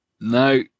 no